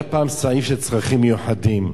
היה פעם סעיף של צרכים מיוחדים.